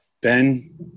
Ben